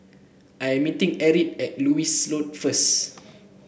I am meeting Erich at Lewis Road first